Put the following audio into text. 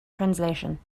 translation